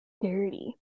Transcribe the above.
Dirty